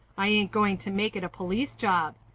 i ain't going to make it a police job.